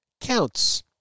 counts